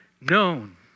known